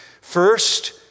First